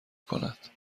کند